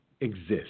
exist